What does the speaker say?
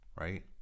Right